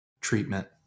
treatment